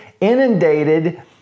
inundated